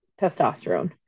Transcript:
testosterone